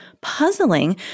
puzzling